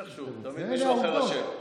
איכשהו מישהו אחר אשם.